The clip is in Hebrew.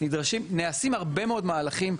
נעשים הרבה מאוד מהלכים,